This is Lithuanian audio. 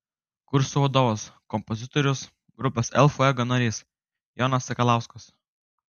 kursų vadovas kompozitorius grupės el fuego narys jonas sakalauskas